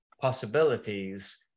possibilities